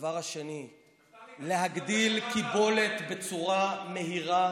להגדיל קיבולת בצורה מהירה.